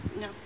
No